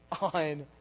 on